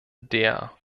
der